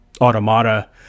Automata